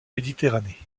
méditerranée